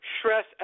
stress